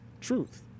truth